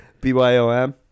B-Y-O-M